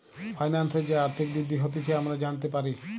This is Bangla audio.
ফাইন্যান্সের যে আর্থিক বৃদ্ধি হতিছে আমরা জানতে পারি